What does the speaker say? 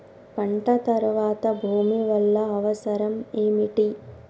పంట తర్వాత భూమి వల్ల అవసరం ఏమిటి?